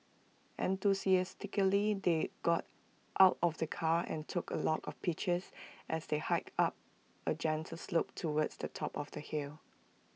enthusiastically they got out of the car and took A lot of pictures as they hiked up A gentle slope towards the top of the hill